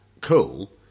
cool